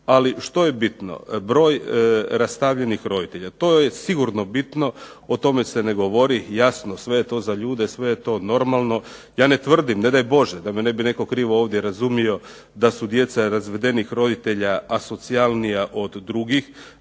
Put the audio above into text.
ali što je bitno. Broj rastavljenih roditelja, to je sigurno bitno. O tome se ne govori. Jasno sve je to za ljude, sve je to normalno. Ja ne tvrdim, ne daj Bože da me ne bi netko krivo ovdje razumio da su djeca razvedenih roditelja asocijalnija od drugih.